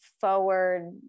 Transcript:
forward